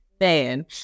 Man